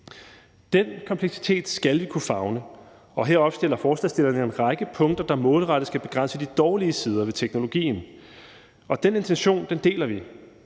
Den kompleksitet skal vi kunne favne, og her opstiller forslagsstillerne en række punkter, der målrettet skal begrænse de dårlige sider ved teknologien. Den intention deler vi.